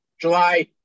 July